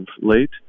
late